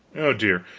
oh, dear,